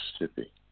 Mississippi